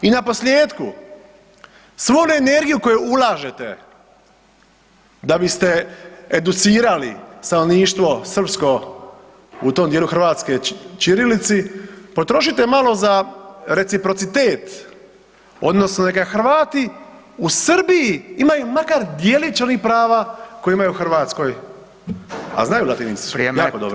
I naposljetku, svu onu energiju koju ulažete da biste educirali stanovništvo srpsko u tom dijelu Hrvatske ćirilici potrošite malo za reciprocitet odnosno neka Hrvati u Srbiji imaju makar djelić ovih prava koje imaju u Hrvatskoj, a znaju latinicu [[Upadica: Vrijeme, vrijeme.]] jako dobro.